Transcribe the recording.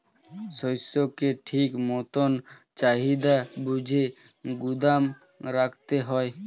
শস্যকে ঠিক মতন চাহিদা বুঝে গুদাম রাখতে হয়